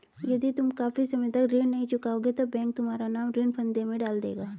यदि तुम काफी समय तक ऋण नहीं चुकाओगे तो बैंक तुम्हारा नाम ऋण फंदे में डाल देगा